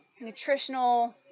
nutritional